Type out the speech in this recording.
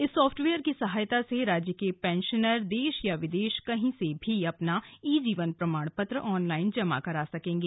इस सॉफ्टवेयर की सहायता से राज्य के पेंशनर देश या विदेश कहीं से भी अपना ई जीवन प्रमाण पत्र ऑनलाइन जमा करा सकेंगे